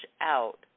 out